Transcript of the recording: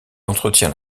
entretient